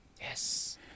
Yes